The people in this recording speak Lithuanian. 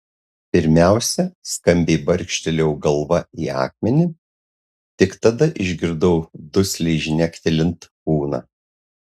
pirmiausia skambiai barkštelėjau galva į akmenį tik tada išgirdau dusliai žnektelint kūną